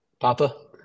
Papa